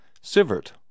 Sivert